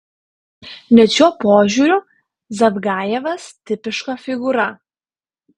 net šiuo požiūriu zavgajevas tipiška figūra